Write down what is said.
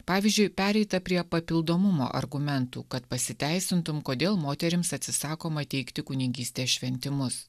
pavyzdžiui pereita prie papildomumo argumentų kad pasiteisintum kodėl moterims atsisakoma teikti kunigystės šventimus